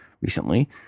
recently